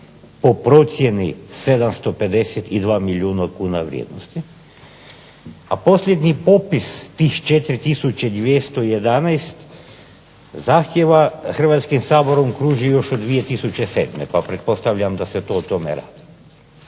po procjeni 752 milijuna kuna vrijednosti, a posljednji popis tih 4211 zahtjeva Hrvatskim saborom kruži još od 2007. pa pretpostavljam da se to o tome radi.